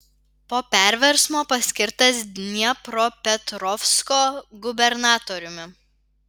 po perversmo paskirtas dniepropetrovsko gubernatoriumi